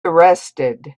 arrested